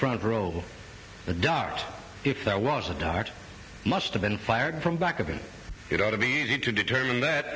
front row the dart if there was a dart must have been fired from back of him it ought to be easy to determine that